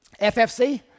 FFC